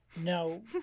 No